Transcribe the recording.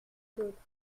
d’autres